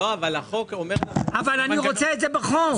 אני רוצה את זה בחוק.